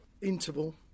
interval